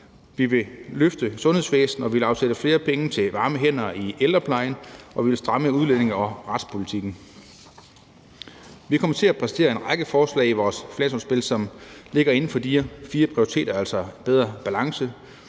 vi vil løfte sundhedsvæsenet og afsætte flere penge til varme hænder i ældreplejen; vi vil stramme udlændinge- og retspolitikken. Vi kommer til at præsentere en række forslag i vores finanslovsudspil, som ligger inden for de fire prioriteter, altså bedre balance,